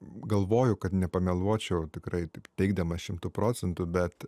galvoju kad nepameluočiau tikrai taip teigdamas šimtu procentų bet